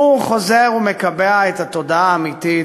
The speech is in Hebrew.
הוא חוזר ומקבע את התודעה האמיתית,